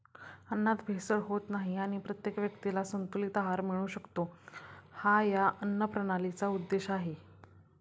अन्नात भेसळ होत नाही आणि प्रत्येक व्यक्तीला संतुलित आहार मिळू शकतो, हा या अन्नप्रणालीचा उद्देश आहे